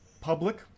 public